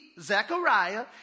Zechariah